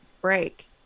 break